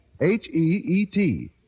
H-E-E-T